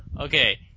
Okay